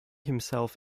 himself